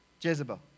Jezebel